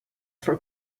for